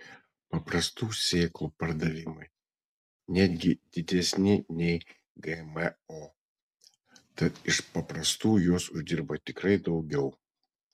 paprastų sėklų pardavimai netgi didesni nei gmo tad iš paprastų jos uždirba tikrai daugiau